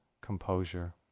composure